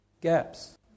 gaps